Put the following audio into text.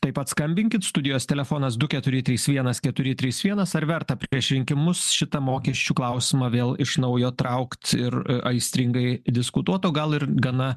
taip pat skambinkit studijos telefonas du keturi trys vienas keturi trys vienas ar verta prieš rinkimus šitą mokesčių klausimą vėl iš naujo traukt ir aistringai diskutuot o gal ir gana